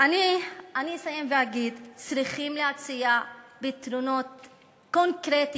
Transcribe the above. אני אסיים ואגיד: צריכים להציע פתרונות קונקרטיים,